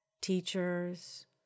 teachers